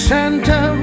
Santa